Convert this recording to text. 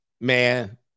Man